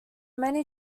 many